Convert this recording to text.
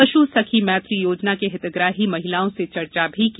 पशु सखी मैत्री योजना के हितग्राही महिलाओं से चर्चा भी की